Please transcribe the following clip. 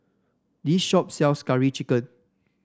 this shop sells Curry Chicken